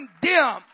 condemn